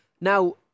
Now